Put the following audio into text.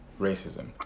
racism